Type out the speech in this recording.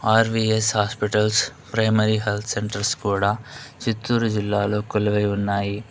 RVS hospitals primary health centres కూడా చిత్తూరు జిల్లాలో కొలువై ఉన్నాయి